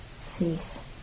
cease